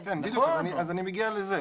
אני מגיע לזה.